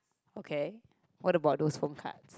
okay what about those phone cards